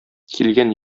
килгән